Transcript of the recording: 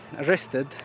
arrested